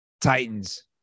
Titans